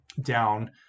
down